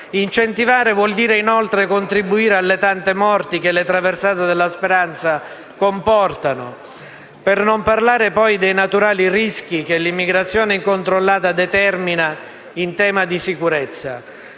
Incentivare vuol dire, inoltre, contribuire alle tante morti che le traversate della speranza comportano. Per non parlare poi dei naturali rischi che l'immigrazione incontrollata determina in tema di sicurezza,